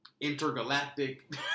intergalactic